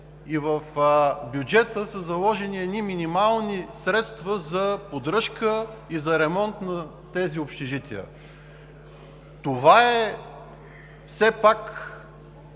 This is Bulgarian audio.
и в бюджета са заложени едни минимални средства за поддръжка и за ремонт на тези общежития. Това е все пак